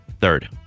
Third